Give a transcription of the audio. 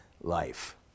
life